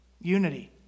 unity